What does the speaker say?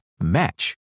match